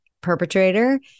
perpetrator